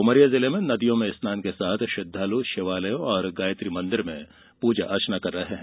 उमरिया जिले में नदियों में स्नान के साथ श्रद्वालू शिवालयों और गायत्री मंदिर में पूजा अर्चना कर रहे हैं